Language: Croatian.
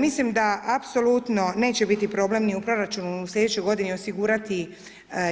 Mislim da apsolutno neće biti problem ni u proračunu u slijedećoj godini osigurati